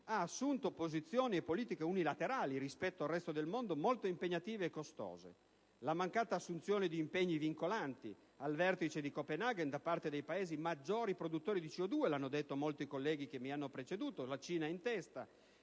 ha assunto posizioni e politiche unilaterali rispetto al resto del mondo molto impegnative e costose. La mancata assunzione di impegni vincolanti al vertice di Copenaghen da parte dei Paesi maggiori produttori di CO2, la Cina in testa, come hanno detto molti colleghi che mi hanno preceduto, e la sempre